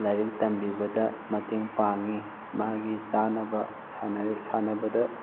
ꯂꯥꯏꯔꯤꯛ ꯇꯝꯕꯤꯕꯗ ꯃꯇꯦꯡ ꯄꯥꯡꯏ ꯃꯥꯒꯤ ꯆꯥꯅꯕ ꯁꯥꯟꯅꯕꯗ